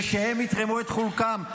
ושהם יתרמו את חלקם.